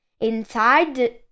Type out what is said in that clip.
Inside